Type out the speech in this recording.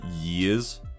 years